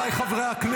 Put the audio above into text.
הוא לא היה כאן.